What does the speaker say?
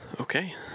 Okay